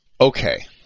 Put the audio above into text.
Okay